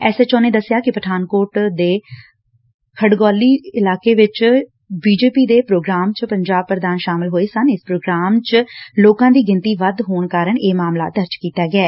S H O ਨੇ ਦਸਿਆ ਕਿ ਪਠਾਨਕੋਟ ਦੇ ਘੜਬੌਲੀ ਇਲਾਕੇ ਚ ਬੀਜੇਪੀ ਦੇ ਪ੍ਰੋਗਰਾਮ ਚ ਪੰਜਾਬ ਪ੍ਰਧਾਨ ਸ਼ਾਮਲ ਹੋਏ ਸਨ ਇਸ ਪ੍ਰੋਗਰਾਮ ਚ ਲੋਕਾਂ ਦੀ ਗਿਣਤੀ ਵੱਧ ਹੋਣ ਕਾਰਨ ਇਹ ਮਾਮਲਾ ਦਰਜ ਕੀਤਾ ਗਿਐ